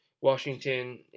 Washington